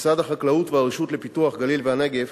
משרד החקלאות והרשות לפיתוח הגליל והנגב,